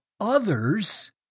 others